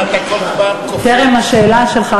טרם השאלה שלך,